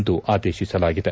ಎಂದು ಆದೇಶಿಸಲಾಗಿದೆ